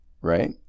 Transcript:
Right